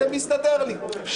-- ומסתדר לי.